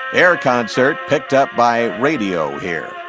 air concert picked up by radio here.